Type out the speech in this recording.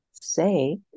say